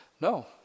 no